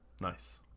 nice